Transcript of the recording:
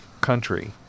country